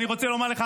אני רוצה לומר לך,